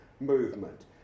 movement